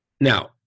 Now